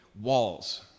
walls